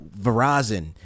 Verizon